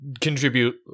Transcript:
contribute